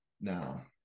now